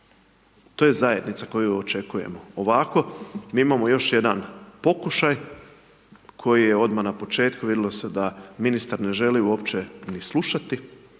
to je zajednica koju očekujemo, ovako mi imamo još jedan pokušaj koji je odmah na početku, vidilo se da ministar ne želi uopće ni slušati,